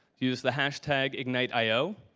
use the hash tag, ignite io.